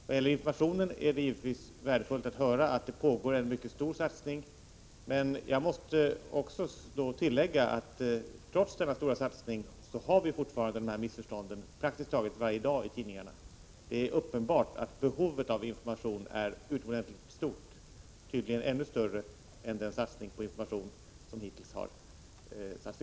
Vad gäller informationen är det givetvis värdefullt att höra att det pågår en mycket stor satsning, men jag måste tillägga att trots denna stora satsning finner vi fortfarande de här missförstånden praktiskt taget varje dag i tidningarna. Det är uppenbart att behovet av information är mycket stort, tydligen ännu större än den satsning på information som hittills har satts i